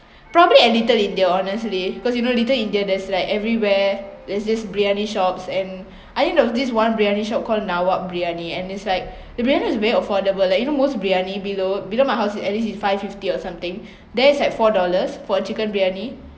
probably at little india honestly cause you know little india there's like everywhere there's this briyani shops and I think there was this one briyani shop call nawak biryani and it's like the briyani is very affordable like you know most briyani below below my house is at least is five fifty or something there is like four dollars for a chicken briyani